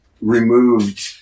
removed